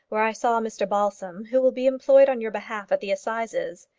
where i saw mr balsam, who will be employed on your behalf at the assizes.